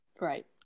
right